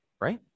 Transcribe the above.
Right